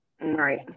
right